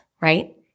right